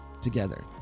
together